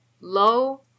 low